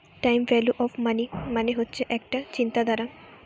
time value of money মানে হচ্ছে একটা চিন্তাধারা